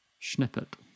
snippet